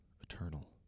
eternal